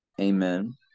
Amen